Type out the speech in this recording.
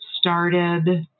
started